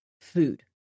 food